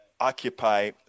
Occupy